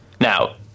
Now